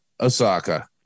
Osaka